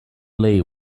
lee